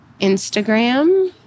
Instagram